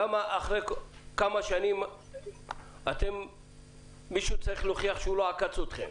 למה אחרי כמה שנים מישהו צריך להוכיח שהוא לא עקץ אתכם?